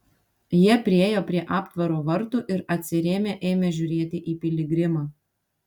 jie priėjo prie aptvaro vartų ir atsirėmę ėmė žiūrėti į piligrimą